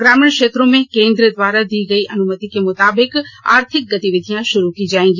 ग्रामीण क्षेत्रों में केंद्र द्वार ादी गयी अनुमति के मुताबिक आर्थिक गतिविधियां षुरू की जायेंगी